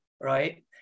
right